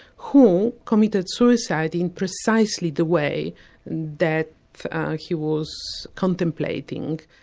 who committed suicide in precisely the way and that he was contemplating.